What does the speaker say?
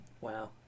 Wow